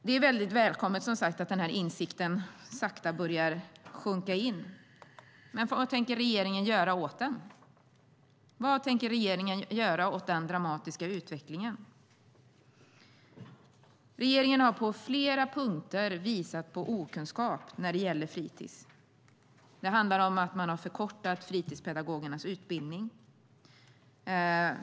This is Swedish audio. Det är välkommet att insikten sakta börja sjunka in, men vad tänker regeringen göra? Vad tänker regeringen göra åt den dramatiska utvecklingen? Regeringen har på flera punkter visat på okunskap när det gäller fritis. Man har förkortat fritidspedagogernas utbildning.